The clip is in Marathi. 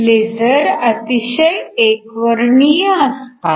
लेझर अतिशय एकवर्णीय असतात